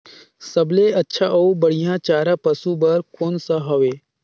सबले अच्छा अउ बढ़िया चारा पशु बर कोन सा हवय?